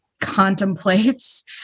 contemplates